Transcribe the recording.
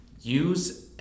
use